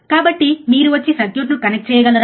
కాబట్టి మీరు వచ్చి సర్క్యూట్ను కనెక్ట్ చేయగలరా